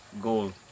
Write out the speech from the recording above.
goal